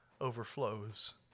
overflows